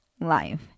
life